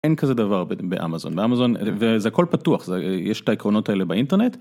אין כזה דבר באמזון, באמזון זה הכל פתוח, יש את העקרונות האלה באינטרנט,